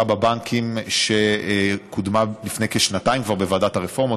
בבנקים שקודמה לפני כשנתיים כבר בוועדת הרפורמות,